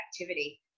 activity